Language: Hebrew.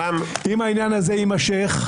אם העניין הזה יימשך,